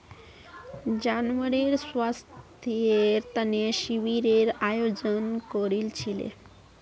जानवरेर स्वास्थ्येर तने शिविरेर आयोजन करील छिले